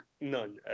none